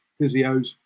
physios